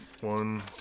One